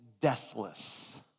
deathless